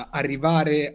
arrivare